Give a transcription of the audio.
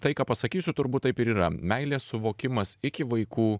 tai ką pasakysiu turbūt taip ir yra meilės suvokimas iki vaikų